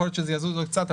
יכול להיות שזה יזוז עוד קצת,